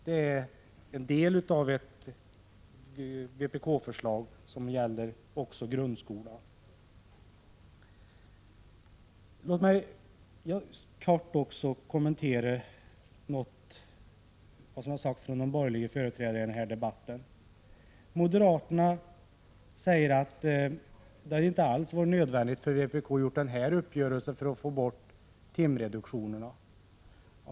Detta är en del av ett vpk-förslag som gäller grundskolan. Låt mig kortfattat även kommentera vad som har sagts från de borgerliga företrädarna i denna debatt. Moderaterna säger att det inte var nödvändigt för vpk att träffa denna uppgörelse för att få bort timreduktionerna.